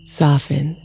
soften